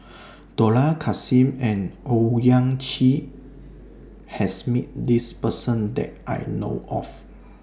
Dollah Kassim and Owyang Chi has Met This Person that I know of